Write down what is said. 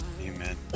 Amen